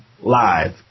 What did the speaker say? live